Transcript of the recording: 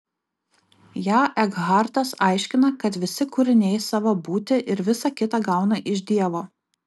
ją ekhartas aiškina kad visi kūriniai savo būtį ir visa kita gauna iš dievo